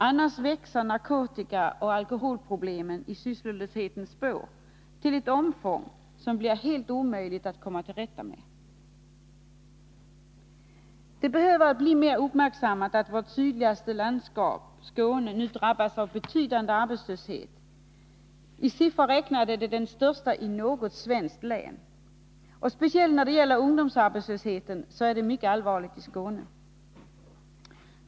Annars växer narkotikaoch alkoholproblemen i sysslolöshetens spår till ett omfång som det blir helt omöjligt att komma till rätta med. Det behöver bli mer uppmärksammat att vår nu drabbas av betydande arbetslöshet ,i siffror räknat den största i något svenskt län. Speciellt när det gäller ungdomsarbetslösheten är läget mycket allvarligt i Skåne.